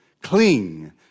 cling